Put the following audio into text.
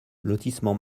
lotissement